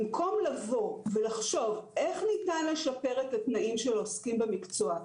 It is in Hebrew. במקום לבוא ולחשוב איך ניתן לשפר את התנאים של העוסקים במקצוע,